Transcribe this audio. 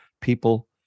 people